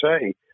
say